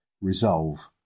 Resolve